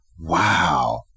Wow